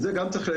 צריך גם